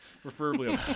Preferably